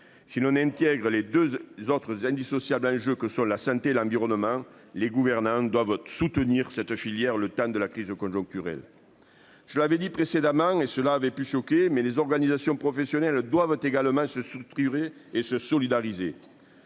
Si l'on a une Pierre, les 2 autres indissociable d'jeu que sur la santé, l'environnement, les gouvernants ne doivent votre soutenir cette filière, le temps de la crise conjoncturelle. Je l'avais dit précédemment, et cela avait pu choquer mais les organisations professionnelles doivent également se soutirer et se solidariser.